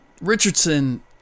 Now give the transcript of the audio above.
Richardson